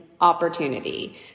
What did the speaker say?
opportunity